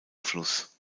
fluss